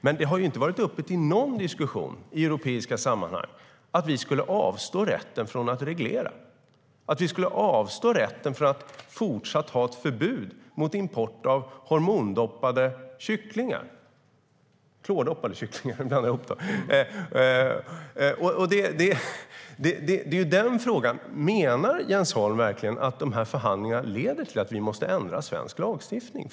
Men det har inte varit uppe till diskussion i europeiska sammanhang att vi skulle avstå från rätten att reglera och avstå från rätten att fortsatt ha ett förbud mot import av klordoppade kycklingar. Menar Jens Holm verkligen att de här förhandlingarna leder till att vi måste ändra svensk lagstiftning?